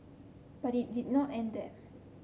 but it did not end there